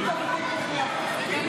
(חבר הכנסת סימון דוידסון יוצא מאולם המליאה.) השר קרעי,